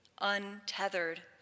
untethered